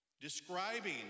describing